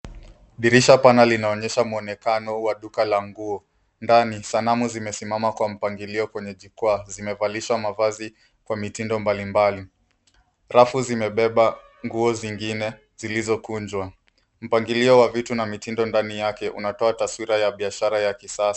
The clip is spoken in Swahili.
Dirisha pana linaonyesha muonekana wa duka la nguo. Ndani sanamu zimesimama kwa mpangilio kwenye jukua, zimevalishwa mavazi kwenye mtindo mbali mbali. Rafu zimepepa nguo zingine zilizokunjwa. Mpangilio wa vitu na mtindo ndani yake unatoa taswira biashara ya kisasa.